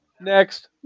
Next